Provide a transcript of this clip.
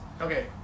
okay